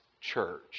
Church